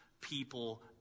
people